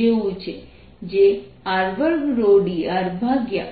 જેવું છે જે r2ρ dr0r છે